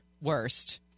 Worst